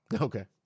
Okay